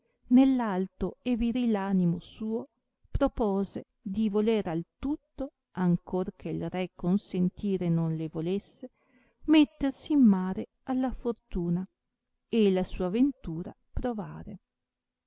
alto e viril animo suo propose di voler al tutto ancor che il re consentire non le volesse mettersi in mare alla fortuna e la sua ventura provare